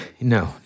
No